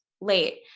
late